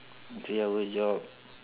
three hour job